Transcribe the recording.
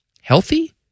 Healthy